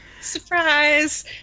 Surprise